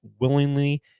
willingly